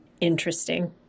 interesting